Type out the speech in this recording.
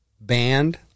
band